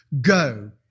go